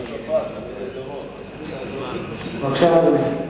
בבקשה, אדוני.